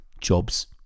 jobs